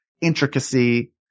intricacy